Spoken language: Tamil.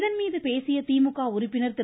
இதன்மீது பேசிய திமுக உறுப்பினர் திரு